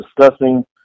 discussing